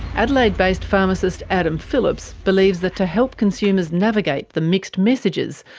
adelaide-based pharmacist adam phillips believes that to help consumers navigate the mixed messages,